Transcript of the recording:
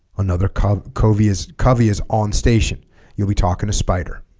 another covey covey is covey is on station you'll be talking to spider